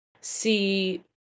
see